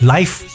Life